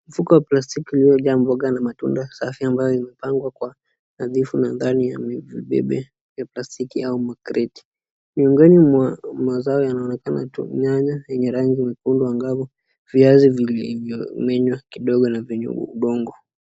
Mfuko wa plastiki uliojaa mboga na matunda safi ambayo imepangwa kwa nadhifu na ndani ya videbe vya plastiki au makreti. Miongoni mwa mazao yanaonekana tu nyanya yenye rangi nyekundu angavu ,viazi vilivyomenywa kidogo na vyenye udongo.